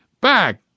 Back